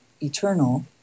eternal